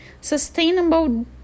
Sustainable